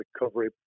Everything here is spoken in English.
recovery